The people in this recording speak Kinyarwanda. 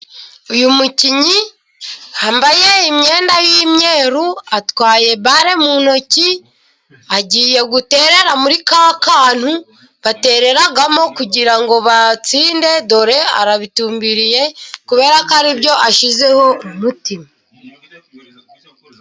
Uyu mukinnyi yambaye imyenda y'imyeru atwaye bare mu ntoki, agiye guterera muri ka kantu batereramo kugira ngo batsinde, dore arabitumbiriye kubera ko aribyo ashyizeho umutima.